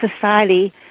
society